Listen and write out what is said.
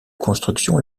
construction